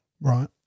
Right